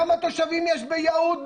כמה תושבים יש ביהוד,